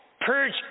purge